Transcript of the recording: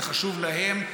זה חשוב להם,